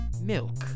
milk